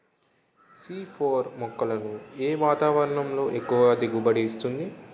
C four మొక్కలను ఏ వాతావరణంలో ఎక్కువ దిగుబడి ఇస్తుంది?